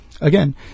Again